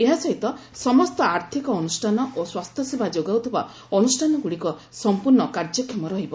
ଏହାସହିତ ସମସ୍ତ ଆର୍ଥକ ଅନୁଷ୍ଠାନ ଓ ସ୍ୱାସ୍ଥ୍ୟସେବା ଯୋଗାଉଥିବା ଅନୁଷ୍ଠାନଗୁଡ଼ିକ ସମ୍ପର୍ଷ୍ଣ କାର୍ଯ୍ୟକ୍ଷମ ରହିବ